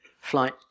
flight